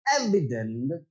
evident